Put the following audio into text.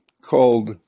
called